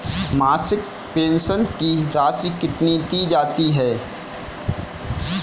मासिक पेंशन की राशि कितनी दी जाती है?